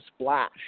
splash